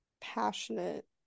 passionate